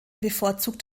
bevorzugt